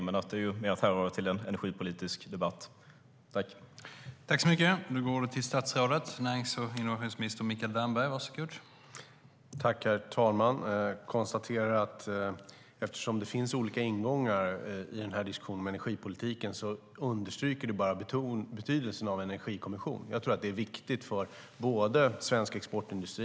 Men det är mer att härröra till en energipolitisk debatt.